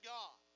God